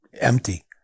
empty